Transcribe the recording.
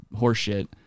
horseshit